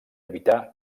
evitar